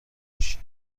میشی